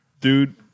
Dude